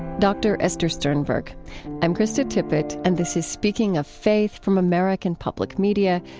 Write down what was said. dr. esther sternberg i'm krista tippett and this is speaking of faith from american public media.